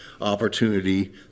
opportunity